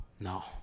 No